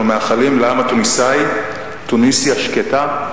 אנחנו מאחלים לעם התוניסאי תוניסיה שקטה,